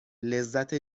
لذت